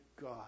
God